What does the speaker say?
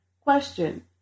Question